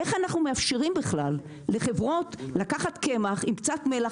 איך אנחנו מאפשרים בכלל לחברות לקחת קמח עם קצת מלח,